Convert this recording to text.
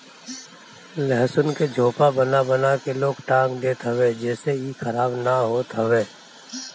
लहसुन के झोपा बना बना के लोग टांग देत हवे जेसे इ खराब ना होत हवे